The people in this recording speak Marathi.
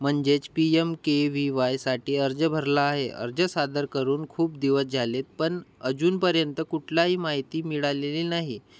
म्हणजेच पी एम के व्ही वायसाठी अर्ज भरला आहे अर्ज सादर करून खूप दिवस झालेत पण अजूनपर्यंत कुठलाही माहिती मिळालेली नाही